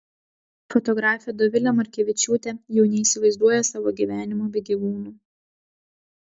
fotografė dovilė markevičiūtė jau neįsivaizduoja savo gyvenimo be gyvūnų